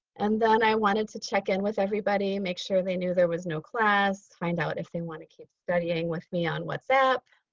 and then i wanted to check in with everybody, make sure they knew there was no class, find out if they wanna keep studying with me on whatsapp.